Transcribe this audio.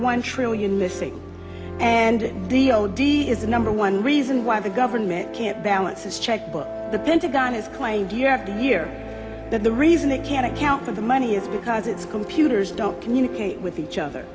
one trillion missing and the oh d is the number one reason why the government can't balance his checkbook the pentagon has claimed yet the year that the reason it can't account for the money is because its computers don't communicate with each other